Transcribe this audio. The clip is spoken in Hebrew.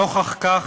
נוכח כך,